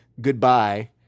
goodbye